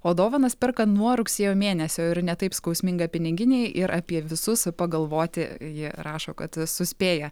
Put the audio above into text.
o dovanas perka nuo rugsėjo mėnesio ir ne taip skausminga piniginei ir apie visus pagalvoti ji rašo kad suspėja